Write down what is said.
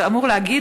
זה אמור להגיד